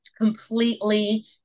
completely